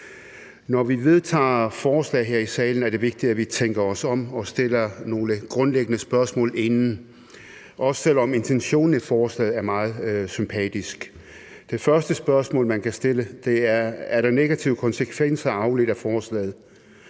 Når vi vedtager forslag her i salen, er det vigtigt, at vi tænker os om og stiller nogle grundlæggende spørgsmål inden, også selv om intentionen i forslaget er meget sympatisk. Det første spørgsmål, man kan stille, er, om der er negative konsekvenser afledt af forslaget.